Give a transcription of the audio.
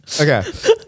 Okay